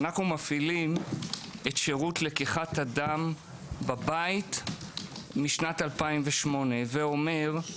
אנו מפעילים את שירות לקיחת הדם בבית משנת 2008. זה אומר,